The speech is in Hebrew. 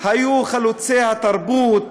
היו חלוצי התרבות,